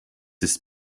ist